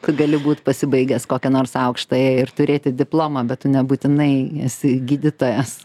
tu gali būti pasibaigęs kokią nors aukštąją ir turėti diplomą bet nebūtinai esi gydytojas